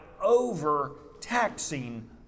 overtaxing